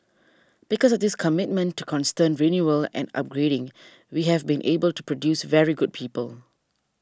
because of this commitment to constant renewal and upgrading we have been able to produce very good people